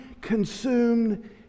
consumed